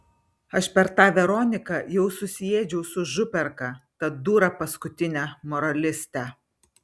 aš per tą veroniką jau susiėdžiau su župerka ta dūra paskutine moraliste